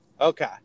Okay